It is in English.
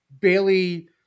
Bailey